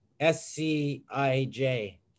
S-C-I-J